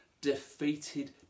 defeated